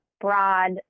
broad